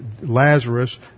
Lazarus